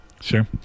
Sure